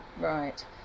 right